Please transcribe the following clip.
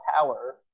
power